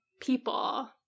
people